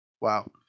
Wow